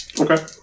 Okay